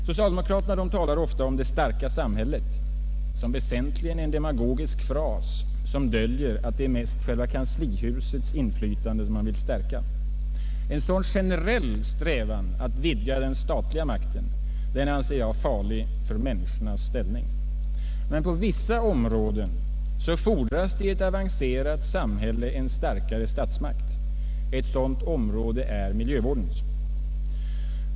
Socialdemokraterna talar ofta om ”det starka samhället”, väsentligen en demagogisk fras som döljer att det mest är kanslihusets inflytande man vill stärka. En sådan generell strävan att vidga den statliga makten anser jag farlig för människornas ställning. Men på vissa områden fordras det i ett avancerat samhälle en starkare statsmakt. Ett sådant område är miljövårdens.